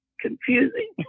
confusing